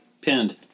pinned